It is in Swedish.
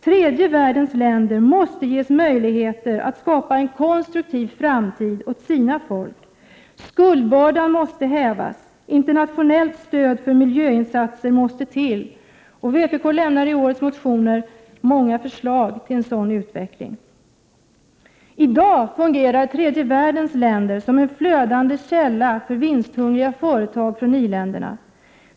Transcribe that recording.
Tredje världens länder måste ges möjligheter att skapa en konstruktiv framtid åt sina folk. Skuldbördan måste hävas. Internationellt stöd för miljöinsatser måste till. Vpk lämnar i årets motioner många förslag till en sådan utveckling. I dag fungerar tredje världens länder som en flödande källa för vinsthungriga företag från i-länderna.